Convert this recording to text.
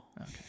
Okay